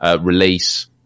release